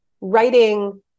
writing